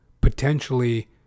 potentially